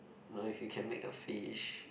no if you can make a fish